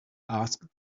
asked